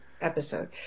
episode